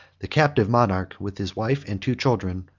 the captive monarch, with his wife and two children,